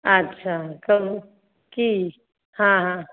अच्छा कहू की हँ हँ